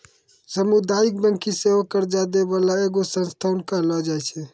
समुदायिक बैंक सेहो कर्जा दै बाला एगो संस्थान कहलो जाय छै